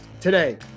Today